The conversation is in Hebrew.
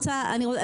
שני?